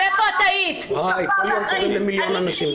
כל יום קוראים זבל למיליון אנשים.